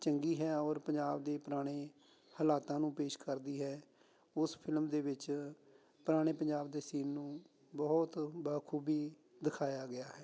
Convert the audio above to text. ਚੰਗੀ ਹੈ ਔਰ ਪੰਜਾਬ ਦੇ ਪੁਰਾਣੇ ਹਾਲਾਤਾਂ ਨੂੰ ਪੇਸ਼ ਕਰਦੀ ਹੈ ਉਸ ਫਿਲਮ ਦੇ ਵਿੱਚ ਪੁਰਾਣੇ ਪੰਜਾਬ ਦੇ ਸੀਨ ਨੂੰ ਬਹੁਤ ਬਖੂਬੀ ਦਿਖਾਇਆ ਗਿਆ ਹੈ